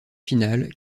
finale